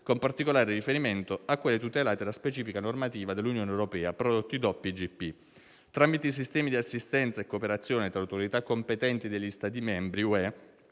con particolare riferimento a quelle tutelate da specifica normativa dell'Unione europea (prodotti DOP e IGP). Tramite i sistemi di assistenza e cooperazione tra autorità competenti degli Stati membri